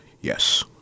Yes